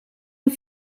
hun